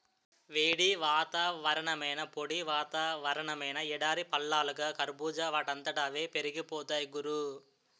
వేడి వాతావరణమైనా, పొడి వాతావరణమైనా ఎడారి పళ్ళలాగా కర్బూజా వాటంతట అవే పెరిగిపోతాయ్ గురూ